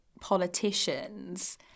politicians